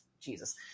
Jesus